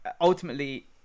Ultimately